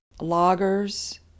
Loggers